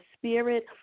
spirit